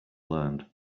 learned